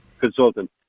consultant